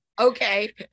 Okay